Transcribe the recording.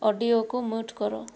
ଅଡିଓକୁ mute କର